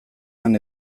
han